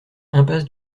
impasse